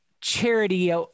charity